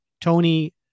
Tony